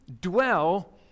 dwell